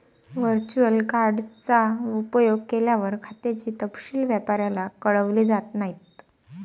virtual card चा उपयोग केल्यावर, खात्याचे तपशील व्यापाऱ्याला कळवले जात नाहीत